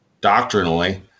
doctrinally